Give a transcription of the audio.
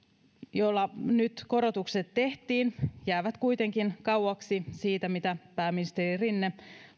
nyt korotukset tehtiin jäävät kuitenkin kauaksi siitä mitä pääministeri rinne